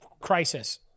Crisis